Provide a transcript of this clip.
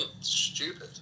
stupid